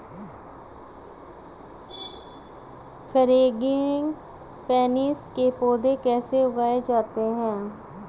Frangipanis के पौधे कैसे उगाए जाते हैं?